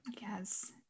Yes